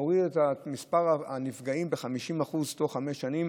להורדת מספר הנפגעים ב-50% תוך חמש שנים.